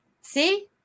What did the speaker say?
See